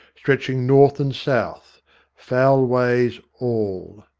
stretching north and south foul ways all.